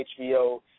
HBO